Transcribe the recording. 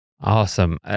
awesome